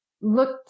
look